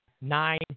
Nine